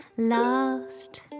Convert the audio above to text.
Lost